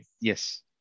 Yes